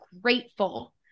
grateful